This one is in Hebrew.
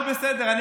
בחצי שנה,